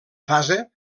fase